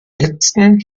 letzten